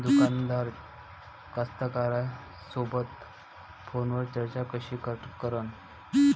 दुकानदार कास्तकाराइसोबत फोनवर चर्चा कशी करन?